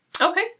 Okay